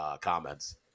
comments